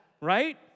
right